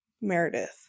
Meredith